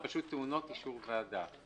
הן פשוט טעונות אישור ועדה.